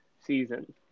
season